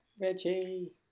Reggie